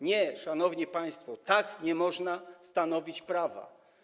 Nie, szanowni państwo, tak nie można stanowić prawa.